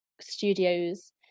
studios